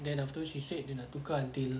then afterwards she said dia nak tukar until